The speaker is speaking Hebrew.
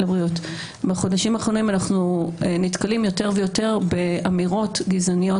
אנחנו נתקלים יותר ויותר באמירות גזעניות